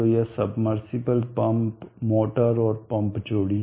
तो यह submersible pump motor और पंप जोड़ी